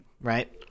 right